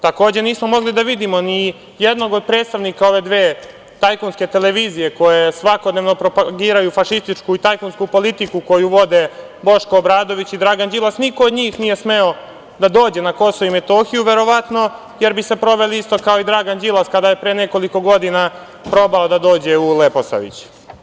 Takođe, nismo mogli da vidimo ni jednog od predstavnika ove dve tajkunske televizije koje svakodnevno propagiraju fašističku i tajkunsku politiku koju vode Boško Obradović i Dragan Đilas, niko od njih nije smeo da dođe na KiM, verovatno jer bi se proveli isto kao i Dragan Đilas kada je pre nekoliko godina probao da dođe u Leposavić.